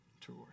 true